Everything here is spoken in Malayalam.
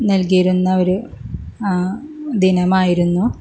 നൽകിയിരുന്ന ഒരു ദിനമായിരുന്നു